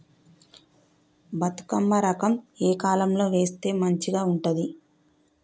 బతుకమ్మ రకం ఏ కాలం లో వేస్తే మంచిగా ఉంటది?